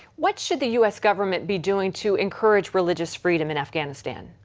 what should the u s. government be doing to encourage religious freedom in afghanistan?